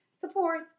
support